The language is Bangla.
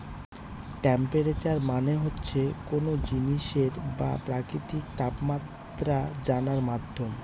টেম্পেরেচার মানে হচ্ছে কোনো জিনিসের বা প্রকৃতির তাপমাত্রা জানার মাধ্যম